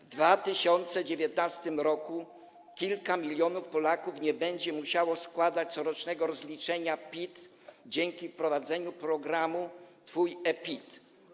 W 2019 r. kilka milionów Polaków nie będzie musiało składać corocznego rozliczenia PIT dzięki wprowadzeniu programu „Twój e-PIT”